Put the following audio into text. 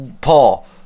Paul